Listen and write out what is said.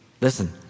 Listen